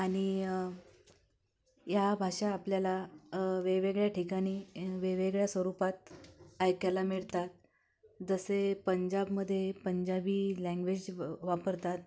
आणि या भाषा आपल्याला वेगवेगळ्या ठिकाणी वेगवेगळ्या स्वरूपात ऐकायला मिळतात जसे पंजाबमध्ये पंजाबी लँग्वेज व वापरतात